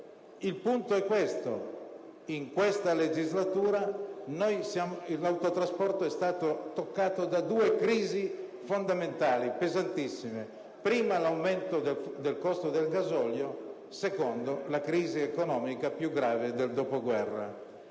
Il punto è che in questa legislatura l'autotrasporto è stato toccato da due crisi pesantissime: l'aumento del costo del gasolio e la crisi economica più grave del dopoguerra.